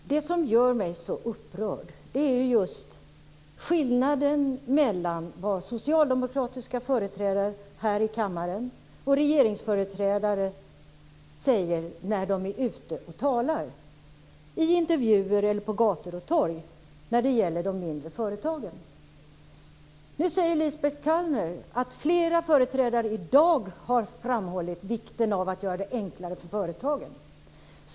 Fru talman! Det som gör mig så upprörd är just skillnaden mellan vad socialdemokratiska företrädare säger här i kammaren och vad regeringsföreträdare säger när de är ute och talar i intervjuer eller på gator och torg när det gäller de mindre företagen. Nu säger Lisbet Calner att flera företrädare i dag har framhållit viken av att göra det enklare för företagen.